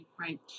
Right